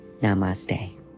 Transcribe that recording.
Namaste